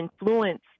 influence